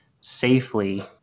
safely